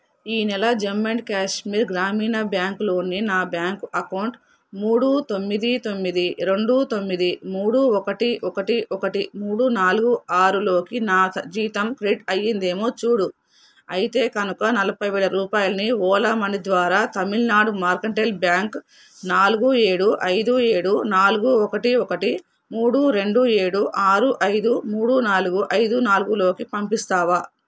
ఈ నెల జమ్ము అండ్ కాశ్మీర్ గ్రామీణ బ్యాంక్ లోని నా బ్యాంక్ అకౌంటు మూడు తొమ్మిది తొమ్మిది రెండు తొమ్మిది మూడు ఒకటి ఒకటి ఒకటి మూడు నాలుగు ఆరులోకి నా జీతం క్రెడిట్ అయ్యిందేమో చూడు అయితే గనుక నలభైవేల రూపాయలని ఓలా మనీ ద్వారా తమిళనాడు మర్కంటైల్ బ్యాంక్ నాలుగు ఏడు ఐదు ఏడు నాలుగు ఒకటి ఒకటి మూడు రెండు ఏడు ఆరు ఐదు మూడు నాలుగు ఐదు నాలుగులోకి పంపిస్తావా